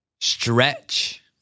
Stretch